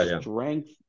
strength